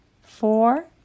four